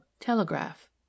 Telegraph